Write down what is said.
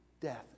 death